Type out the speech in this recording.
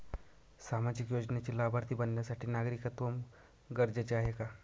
सामाजिक योजनेचे लाभार्थी बनण्यासाठी नागरिकत्व गरजेचे आहे का?